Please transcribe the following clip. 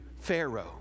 Pharaoh